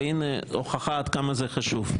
והינה הוכחה עד כמה זה חשוב.